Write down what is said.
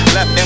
Left